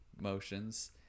motions